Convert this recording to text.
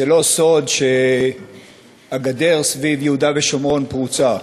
זה לא סוד שהגדר סביב יהודה ושומרון פרוצה.